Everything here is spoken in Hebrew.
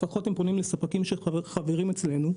לפחות הן פונות לספקים שחברים אצלנו.